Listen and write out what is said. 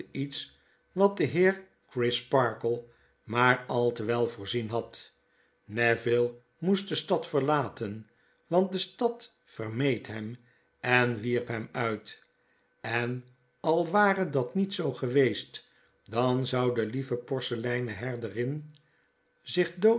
iets wat de heer crisparkle maar al te we voorzien had neville moest de stad verlaten want de stad vermeed hem en wierphem uit en al ware dat niet zoo geweest dan zou de lieve porseleinen herderin zich